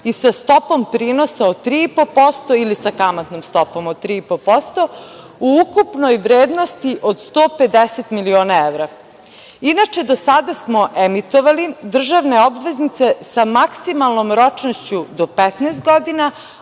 i sa stopom prinosa od 3,5% ili sa kamatnom stopom od 3,5% u ukupnoj vrednosti od 150 miliona evra. Inače, do sada smo emitovali državne obveznice sa maksimalnom ročnošću do 15 godina,